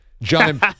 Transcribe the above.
John